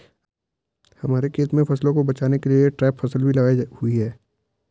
हमारे खेत में फसलों को बचाने के लिए ट्रैप फसल भी लगाई हुई है